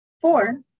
Four